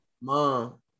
mom